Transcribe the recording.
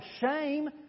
shame